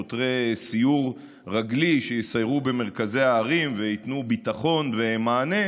שוטרי סיור רגלי שיסיירו במרכזי הערים וייתנו ביטחון ומענה,